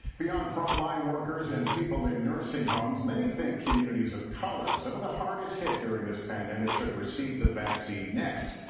beyond frontline workers and people in nursing homes, many think communities of color, some of the hardest hit during this pandemic, should receive the vaccine next.